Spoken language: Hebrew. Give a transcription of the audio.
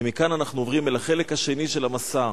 ומכאן אנחנו עוברים אל החלק השני של המסע.